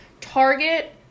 Target